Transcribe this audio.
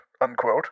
unquote